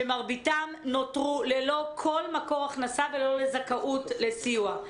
שמרביתם נותרו ללא כל מקור הכנסה וללא זכאות לסיוע.